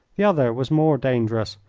the other was more dangerous.